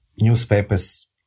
newspapers